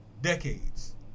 decades